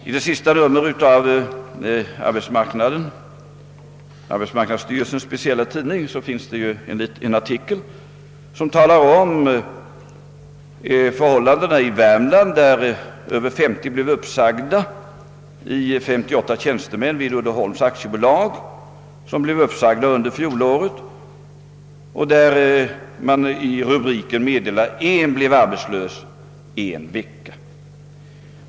I det senaste numret av Arbetsmarknaden, arbetsmarknadsstyrelsens speciella organ, förekommer en artikel som beskriver förhållandena i samband med en uppsägning av 58 tjänstemän vid Uddeholms AB i Värmland under fjolåret, I rubriken meddelas att en person blev arbetslös en vecka.